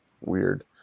Weird